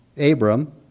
Abram